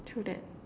true that